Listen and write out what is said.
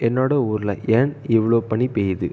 என்னோடய ஊரில் ஏன் இவ்வளோ பனி பெய்யுது